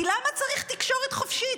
כי למה צריך תקשורת חופשית?